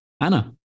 Anna